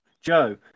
Joe